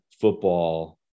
football